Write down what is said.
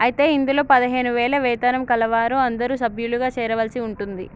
అయితే ఇందులో పదిహేను వేల వేతనం కలవారు అందరూ సభ్యులుగా చేరవలసి ఉంటుంది